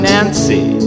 Nancy